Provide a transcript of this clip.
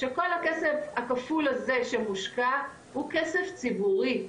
שכל הכסף הכפול הזה שמושקע הוא כסף ציבורי,